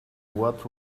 what